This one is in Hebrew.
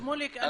שמוליק,